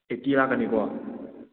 eighty ꯂꯥꯛꯀꯅꯤꯀꯣ